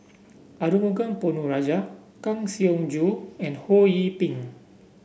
Arumugam Ponnu Rajah Kang Siong Joo and Ho Yee Ping